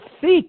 seek